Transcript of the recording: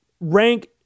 rank